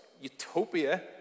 utopia